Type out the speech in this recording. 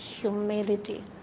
humility